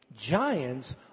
Giants